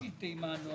מי נמנע?